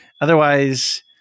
Otherwise